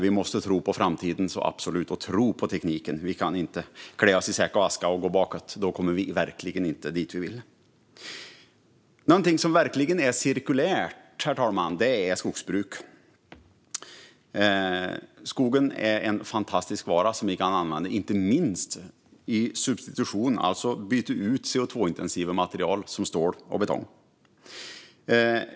Vi måste tro på framtiden och tro på tekniken. Vi kan inte klä oss i säck och aska och gå bakåt. Då kommer vi verkligen inte dit vi vill. Något som verkligen är cirkulärt, herr talman, är skogsbruk. Skogen är en fantastisk råvara som vi kan använda inte minst till substitution, alltså till att byta ut CO2-intensiva material som stål och betong.